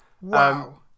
Wow